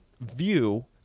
view